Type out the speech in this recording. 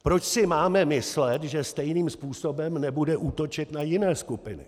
Proč si máme myslet, že stejným způsobem nebude útočit na jiné skupiny?